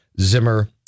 Zimmer